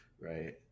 Right